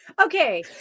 Okay